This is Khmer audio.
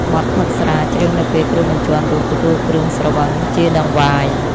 បទផឹកស្រា ច្រៀងនៅពេលគ្រូបញ្ជាន់រូបទទួលគ្រឿងស្រវឹងជាដង្វាយ។